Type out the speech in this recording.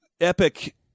epic